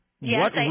Yes